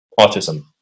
autism